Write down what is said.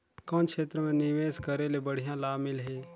कौन क्षेत्र मे निवेश करे ले बढ़िया लाभ मिलही?